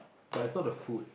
but is not the food